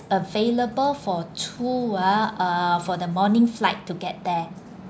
available for two ah uh for the morning flight to get there